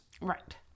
right